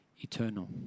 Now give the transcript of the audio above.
eternal